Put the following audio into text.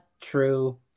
true